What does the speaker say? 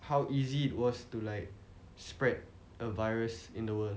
how easy it was to like spread a virus in the world